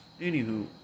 anywho